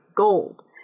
gold